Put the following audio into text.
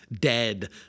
dead